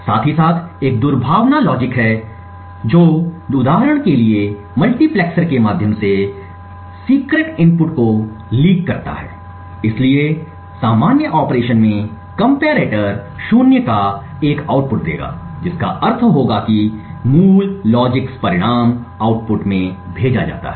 साथ ही साथ एक दुर्भावनापूर्ण तर्क है जो उदाहरण के लिए मल्टीप्लेक्सर के माध्यम से गुप्त इनपुट को लीक करता है इसलिए सामान्य ऑपरेशन में कंपैरेटर शून्य का एक आउटपुट देगा जिसका अर्थ होगा कि मूल लॉजिक्स परिणाम आउटपुट में भेजा जाता है